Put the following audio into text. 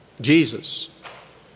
Jesus